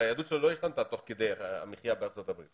הרי היהדות שלו לא השתנתה תוך כדי החיים בארצות הברית.